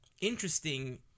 interesting